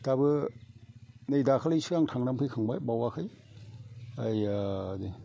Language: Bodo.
दाबो नै दाखालिसो आं थांना फैखांबाय बावाखै